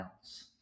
else